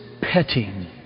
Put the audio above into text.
petting